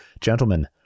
Gentlemen